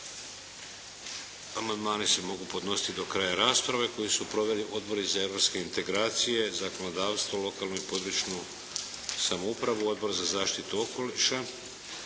Amandmani se mogu podnositi do kraja rasprave koji su proveli odbori za europske integracije, zakonodavstvo, lokalnu i područnu samoupravu, Odbor za zaštitu okoliša.